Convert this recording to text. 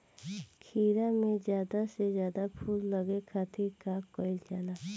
खीरा मे ज्यादा से ज्यादा फूल लगे खातीर का कईल जाला?